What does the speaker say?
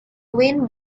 wind